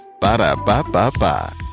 Ba-da-ba-ba-ba